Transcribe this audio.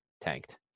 tanked